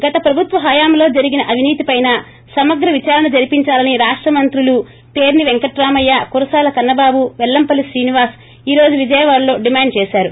గత ప్రభుత్వ హయంలో జరిగిన అవినీతిపైన సమగ్ర విచారణ జరిపించాలని రాష్ట్ మంత్రులు పేర్ని పెంకటరామయ్య కురసాల కన్నబాటు పెల్లంపల్లి శ్రీనివాస్ ఈ రోజు విజయవాడలో ్డిమాండ్ చేసారు